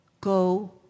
Go